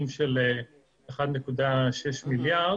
1.6 מיליארד,